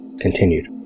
Continued